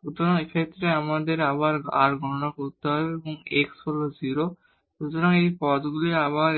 সুতরাং এই ক্ষেত্রে আমাদের আবার এই r গণনা করতে হবে তাই x হল 0 সুতরাং এই টার্মগুলি